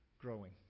growing